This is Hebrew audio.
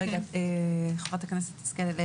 חברת הכנסת השכל,